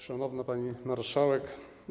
Szanowna Pani Marszałek!